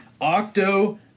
Octo